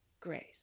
grace